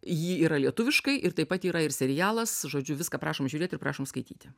ji yra lietuviškai ir taip pat yra ir serialas žodžiu viską prašom žiūrėti prašom skaityti